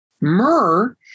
Myrrh